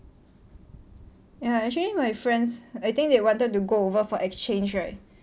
ya actually my friends I think they wanted to go over for exchange right